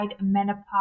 menopause